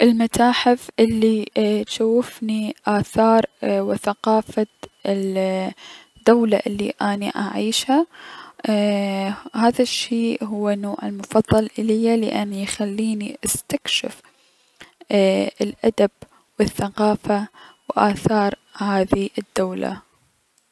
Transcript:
المتاحف الي تشوفني اثار و ثقافة الدولة الي اني اعيشها ايي- هذا الشي هو النوع المفضل اليا لأن يخليني استكشف الأدب و الثقافة و اثار هذي الدولة.